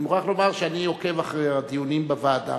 אני מוכרח לומר שאני עוקב אחרי הדיונים בוועדה,